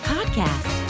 Podcast